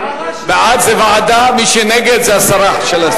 בעד זה ועדה, נגד זה הסרה.